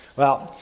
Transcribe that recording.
well,